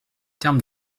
termes